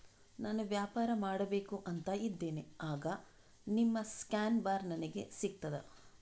ನಾನು ವ್ಯಾಪಾರ ಮಾಡಬೇಕು ಅಂತ ಇದ್ದೇನೆ, ಆಗ ನಿಮ್ಮ ಸ್ಕ್ಯಾನ್ ಬಾರ್ ನನಗೆ ಸಿಗ್ತದಾ?